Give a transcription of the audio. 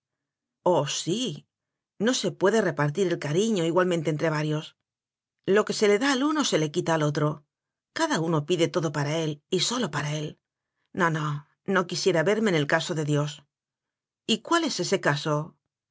sí no se puede repartir el cariño igualmente entre varios lo que se le da al uno se le quita al otro cada uno pide todo para él y sólo para él no no no quisiera verme en el caso de dios y cuál es ese caso